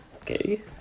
okay